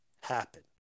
happen